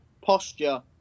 posture